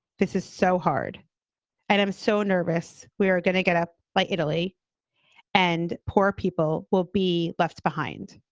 this is so hard and i'm so nervous. we are going to get ah by italy and poor people will be left behind.